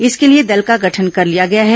इसके लिए दल का गठन कर लिया गया है